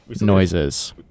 noises